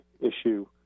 issue